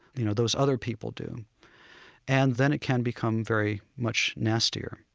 you know those other people do and then it can become very much nastier